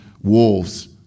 wolves